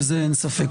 בזה אין ספק.